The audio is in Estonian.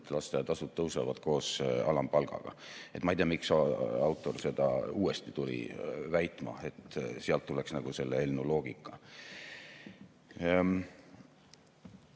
lasteaiatasud tõusevad koos alampalgaga. Ma ei tea, miks autor tuli uuesti väitma, et sealt tuleks selle eelnõu loogika.